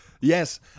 yes